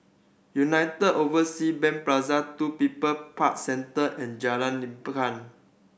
United Overseas Bank Plaza Two People Park Centre and Jalan Lekar